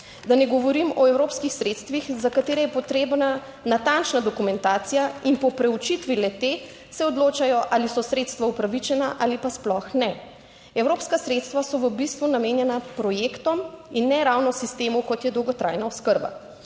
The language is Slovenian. da ne govorim o evropskih sredstvih, za katere je potrebna natančna dokumentacija in po preučitvi le-te se odločajo, ali so sredstva upravičena ali pa sploh ne. Evropska sredstva so v bistvu namenjena projektom in ne ravno sistemu, kot je dolgotrajna oskrba.